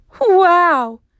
Wow